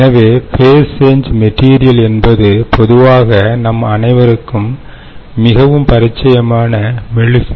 எனவே phase change material என்பது பொதுவாக நம் அனைவருக்கும் மிகவும் பரிச்சயமான மெழுகு